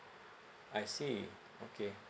I see okay